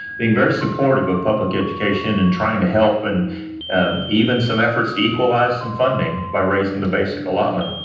being very supportive of public education and trying to help and even some efforts to equalize some funding by raising the basic allotment.